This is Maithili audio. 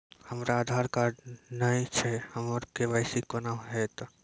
हमरा आधार कार्ड नई छै हमर के.वाई.सी कोना हैत?